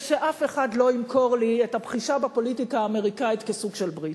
ושאף אחד לא ימכור לי את הבחישה בפוליטיקה האמריקנית כסוג של ברית.